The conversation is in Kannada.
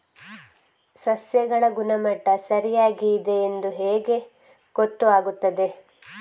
ಸಸ್ಯಗಳ ಗುಣಮಟ್ಟ ಸರಿಯಾಗಿ ಇದೆ ಎಂದು ಹೇಗೆ ಗೊತ್ತು ಆಗುತ್ತದೆ?